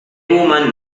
woman